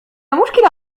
مشكلة